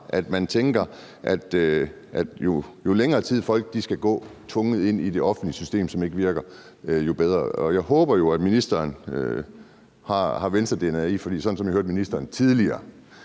at man tænker, at jo længere tid folk skal være tvunget ind i det offentlige system, som ikke virker, jo bedre er det? Jeg håber jo, at ministeren har medtaget Venstre-dna deri, for sådan som jeg hørte ministeren tidligere,